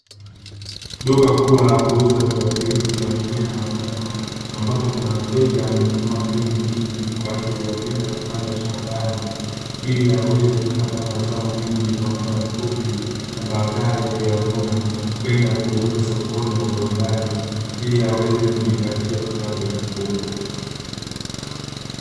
Duka kubwa la kuuza viuatilifu vya mimea na wanyama, ambapo kuna mteja amenunua mbegu nyingi kwa ajili ya kwenda kupanda shambani, ili aweze kupata mazao mengi kwa muda mfupi, na baadae kuyavuna kwenda kuuza sokoni na viwandani ili aweze kujipatia kipato kikubwa.